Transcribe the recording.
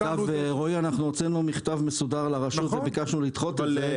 אנחנו הוצאנו מכתב מסודר לרשות וביקשנו לדחות את זה.